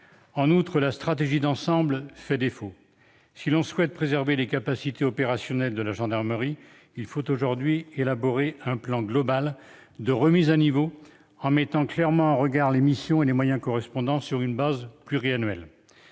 En outre, la stratégie d'ensemble fait défaut. Si l'on souhaite préserver les capacités opérationnelles de la gendarmerie, il faut aujourd'hui élaborer un plan global de remise à niveau en mettant clairement en regard les missions et les moyens correspondants, sur une base pluriannuelle.